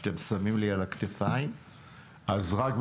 הן דרך הדברים שצוינו קודם על-ידי ורה